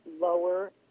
lower